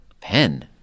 Pen